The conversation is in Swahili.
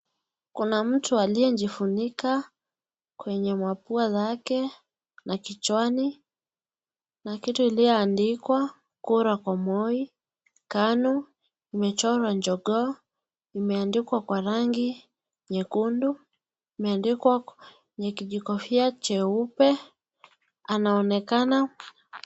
Kuna mtu aliye jifunika kwenye mapua zake na kichwani na kitu iliyoandikwa kura kwa Moi Kanu imechorwa jogoo imeandikwa kwa rangi nyekundu imeandikwa kwenye kijikofia nyuepe anaonekana.